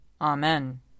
Amen